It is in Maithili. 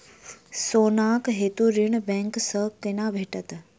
सोनाक हेतु ऋण बैंक सँ केना भेटत?